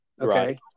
okay